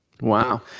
Wow